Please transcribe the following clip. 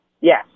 Yes